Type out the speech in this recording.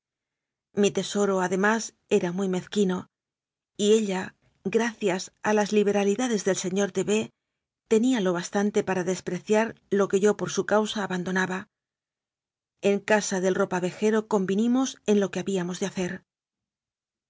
mi tesoro además era muy mezquino y ella gracias a las liberali dades del señor de b tenía lo bastante para despreciar lo que yo por su causa abandonaba en casa del ropavejero convinimos en lo que había mos de hacer